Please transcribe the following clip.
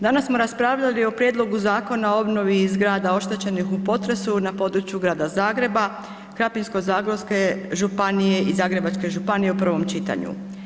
Danas smo raspravljali o Prijedlogu Zakona o obnovi zgrada oštećenih u potresu na području grada Zagreba, Krapinsko-zagorske županije i Zagrebačke županije u prvom čitanju.